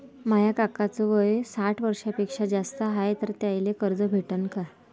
माया काकाच वय साठ वर्षांपेक्षा जास्त हाय तर त्याइले कर्ज भेटन का?